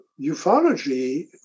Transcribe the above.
ufology